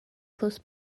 close